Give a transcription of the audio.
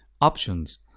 Options